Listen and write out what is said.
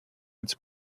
its